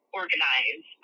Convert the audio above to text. organize